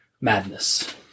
madness